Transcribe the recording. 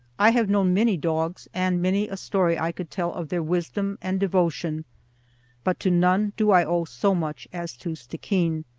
i have known many dogs, and many a story i could tell of their wisdom and devotion but to none do i owe so much as to stickeen.